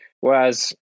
Whereas